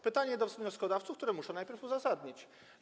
Pytanie do wnioskodawców, które muszę najpierw uzasadnić.